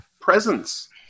presence